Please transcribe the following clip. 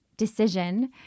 decision